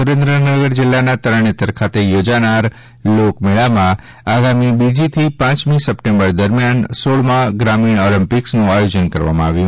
સુરેન્દ્રનગર જિલ્લાના તરણેતર ખાતે યોજાનાર લોકમેળામાં આગામી બીજીથી પાંચમી સપ્ટેમ્બર દરમિયાન સોળમા ગ્રામિણ ઓલમ્પિક્સનું આયોજન કરવામાં આવ્યું છે